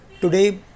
Today